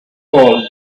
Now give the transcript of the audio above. called